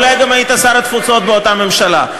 אולי גם היית שר התפוצות באותה ממשלה.